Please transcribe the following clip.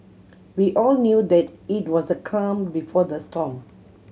we all knew that it was the calm before the storm